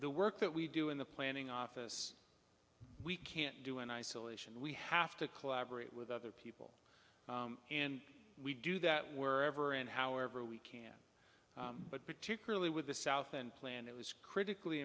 the work that we do in the planning office we can't do in isolation we have to collaborate with other people and we do that wherever and however we can but particularly with the south and planned it was critically